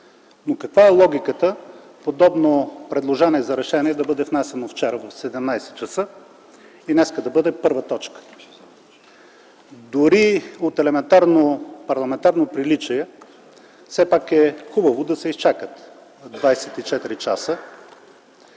Но каква е логиката подобно предложение за решение да бъде внесено вчера в 17,00 ч. и днес да бъде първа точка? Дори от елементарно парламентарно приличие все пак е хубаво да се изчакат 24 часа.